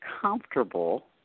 comfortable